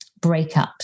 breakups